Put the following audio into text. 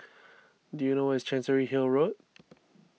do you know where is Chancery Hill Road